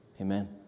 amen